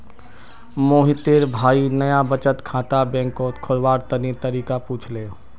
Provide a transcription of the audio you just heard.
मोहितेर भाई नाया बचत खाता बैंकत खोलवार तने तरीका पुछले